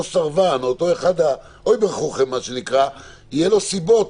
סרבן או אותו אחד האובר חוכם יהיו לו סיבות